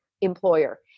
employer